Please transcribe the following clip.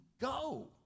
go